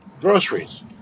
groceries